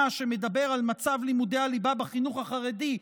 שמדבר על מצב לימודי הליבה בחינוך החרדי.